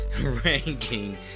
ranking